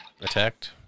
attacked